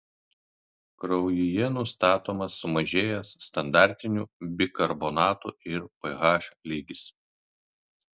kraujyje nustatomas sumažėjęs standartinių bikarbonatų ir ph lygis